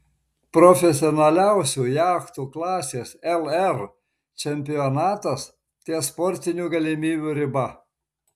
profesionaliausių jachtų klasės lr čempionatas ties sportinių galimybių riba